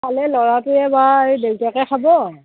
খালে ল'ৰাটোৱে বা এই দেউতাকে খাব